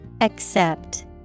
Accept